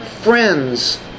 friends